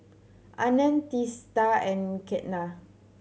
Anand Teesta and Ketna